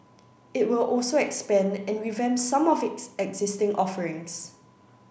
it will also expand and revamp some of its existing offerings